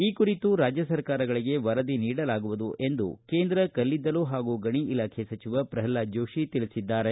ಈ ಕುರಿತು ರಾಜ್ಯ ಸರ್ಕಾರಗಳಿಗೆ ವರದಿ ನೀಡಲಾಗುವುದು ಎಂದು ಕೇಂದ್ರ ಕಲ್ಲಿದ್ದಲ್ಲು ಹಾಗೂ ಗಣಿ ಸಚಿವ ಪ್ರಲ್ಹಾದ ಜೋಶಿ ತಿಳಿಸಿದ್ದಾರೆ